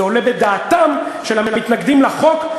זה עולה בדעתם של המתנגדים לחוק,